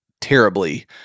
terribly